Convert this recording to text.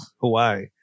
Hawaii